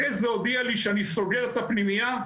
אחרי זה הודיע לי שאני סוגר את הפנימייה.